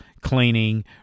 cleaning